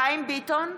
חיים ביטון,